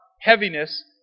heaviness